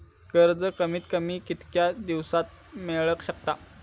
कर्ज कमीत कमी कितक्या दिवसात मेलक शकता?